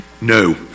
no